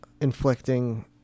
inflicting